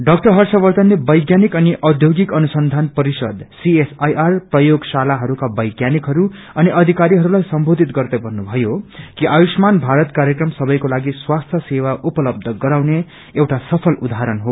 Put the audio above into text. ड्रम्न हर्षवर्षनले वैज्ञानिक अनि औष्योगिक अनुसंयान परिषद प्रयोगशालाहरूको वैज्ञानिकहरू अनि आीरीहरूलाई सम्बोधित गर्दै भन्नुभयो कि आयुव्मान भारत कार्यक्रम सबैको लागि स्वास्थ्य सेवा उपसलब्ध गराउने एउटा सफल माडल हो